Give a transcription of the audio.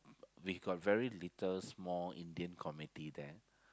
they got very little small Indian committee there